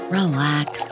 relax